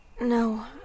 No